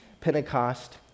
Pentecost